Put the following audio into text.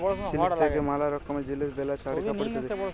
silk থাক্যে ম্যালা রকমের জিলিস বেলায় শাড়ি, কাপড় ইত্যাদি